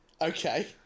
Okay